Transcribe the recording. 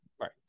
right